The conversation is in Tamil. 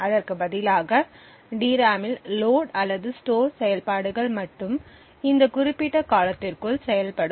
அதற்கு பதிலாக டிராமில் லோட் அல்லது ஸ்டோர் செயல்பாடுகள் மட்டும் இந்த குறிப்பிட்ட காலத்திற்குள் செயல்படும்